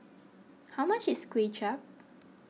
how much is Kuay Chap